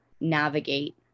navigate